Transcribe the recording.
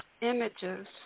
images